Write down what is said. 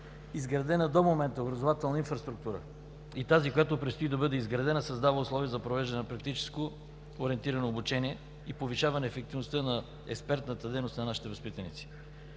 Изградената до момента образователна инфраструктура и тази, която предстои да бъде изградена, създава условия за провеждане на практическо ориентирано обучение и повишаване ефективността на експертната дейност на нашите възпитаници.